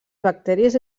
bacteris